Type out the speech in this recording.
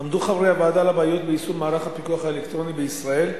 עמדו חברי הוועדה על הבעיות ביישום מערך הפיקוח האלקטרוני בישראל,